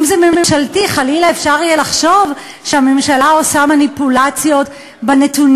אפשר גם פה להחליף טכנית